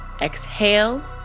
Exhale